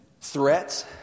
threats